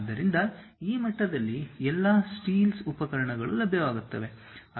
ಆದ್ದರಿಂದ ಈ ಮಟ್ಟದಲ್ಲಿ ಎಲ್ಲಾ ಸ್ಟೀಲ್ಸ್ ಉಪಕರಣಗಳು ಲಭ್ಯವಾಗುತ್ತವೆ